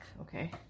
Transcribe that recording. Okay